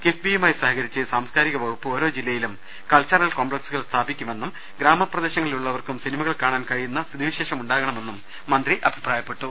കിഫ്ബിയുമായി സഹകരിച്ച് സാംസ്കാരിക വകുപ്പ് ഓരോ ജില്ലയിലും കൾച്ച റൽ കോംപ്ലക്സുകൾ സ്ഥാപിക്കുമെന്നും ഗ്രാമപ്രദേശങ്ങളിലുള്ളവർക്കും സിനി മകൾ കാണാൻ കഴിയുന്ന സ്ഥിതിവിശേഷം ഉണ്ടാകണമെന്നും മന്ത്രി അഭിപ്രായ പ്പെട്ടു